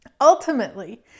Ultimately